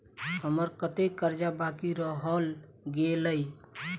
हम्मर कत्तेक कर्जा बाकी रहल गेलइ?